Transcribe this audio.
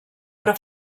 però